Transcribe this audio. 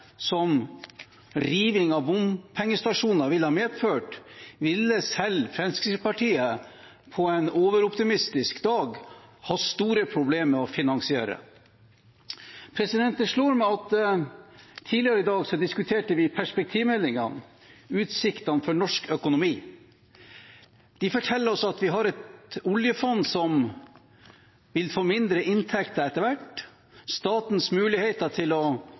som riving av bompengestasjoner ville ha medført, ville selv Fremskrittspartiet på en overoptimistisk dag hatt store problemer med å finansiere. Det slår meg at tidligere i dag diskuterte vi perspektivmeldingen, utsiktene for norsk økonomi. De forteller oss at vi har et oljefond som vil få mindre inntekter etter hvert. Statens muligheter til å